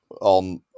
on